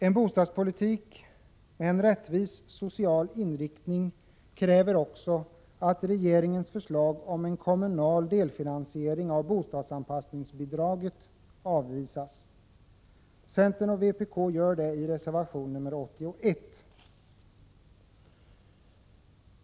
En bostadspolitik med en rättvis social inriktning kräver också att regeringens förslag om en kommunal delfinansiering av bostadsanpassningsbidraget avvisas. Centern och vpk gör det i reservation nr 81.